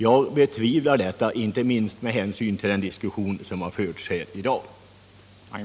Jag betvivlar det inte minst med hänsyn till den diskussion som förts här i dag.